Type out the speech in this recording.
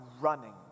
running